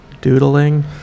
Doodling